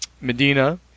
Medina